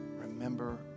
remember